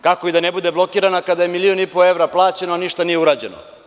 Kako i da ne bude blokirana, kada je milion i po evra plaćeno, a ništa nije urađeno.